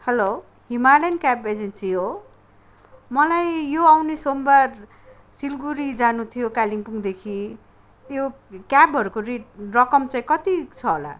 hello Himalayan cab agency हो मलाई यो आउने सोमबार सिलगडी जानु थियो कालिम्पुङदेखि यो क्याबहरूको रेट रकम चाहिँ कति छ होला